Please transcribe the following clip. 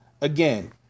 Again